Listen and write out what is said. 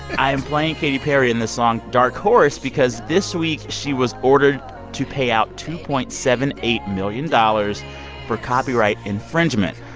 i am playing katy perry and this song dark horse because this week, she was ordered to pay out two point seven eight million dollars for copyright infringement.